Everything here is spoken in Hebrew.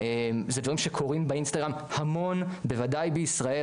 זה דברים שקורים באינסטגרם המון בוודאי בישראל,